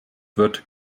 wird